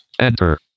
enter